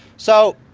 so,